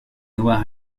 noir